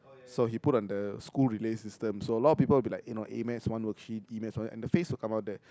so he put on the school relay system so a lot of people will be like eh no A-math one worksheet E-math one worksheet then the face will come out there